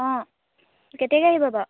অঁ কেতিয়াকৈ আহিব বাৰু